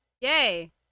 yay